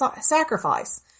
sacrifice